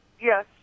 Yes